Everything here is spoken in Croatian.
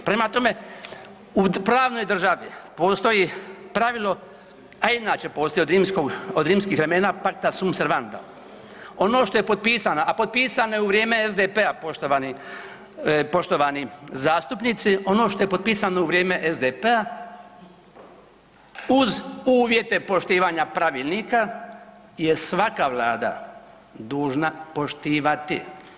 Prema tome, u pravnoj državi postoji pravilo, a i inače postoji od rimskog, od rimskih vremena „pacta sunt servanda“, ono što je potpisano, a potpisano je u vrijeme SDP-a poštovani zastupnici, ono što je potpisano u vrijeme SDP-a uz uvjete poštivanja pravilnika, je svaka Vlada dužna poštivati.